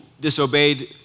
disobeyed